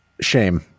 Shame